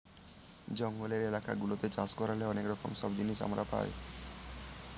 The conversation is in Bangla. জঙ্গলের এলাকা গুলাতে চাষ করলে অনেক রকম সব জিনিস আমরা পাই